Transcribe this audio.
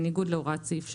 בניגוד להוראת סעיף (3).